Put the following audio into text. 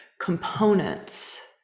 components